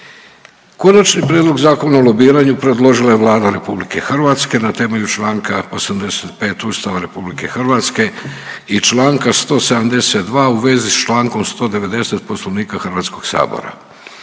Konačni prijedlog Zakona o lobiranju predložila je Vlada Republike Hrvatske na temelju članka 85. Ustava Republike Hrvatske i članka 172. u vezi sa člankom 190. Poslovnika Hrvatskog sabora.